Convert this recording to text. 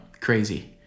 crazy